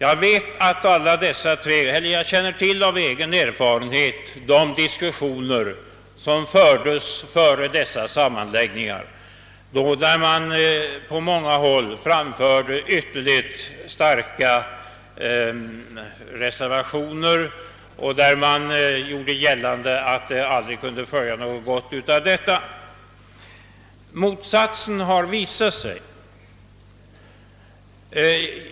Av egen erfarenhet känner säkert alla till det slags diskussioner som fördes före dessa sammanslagningar, då man från många håll framförde ytterligt starka reservationer och gjorde gällande att det aldrig kunde följa något gott av sammanslagningarna. Motsatsen har visat sig!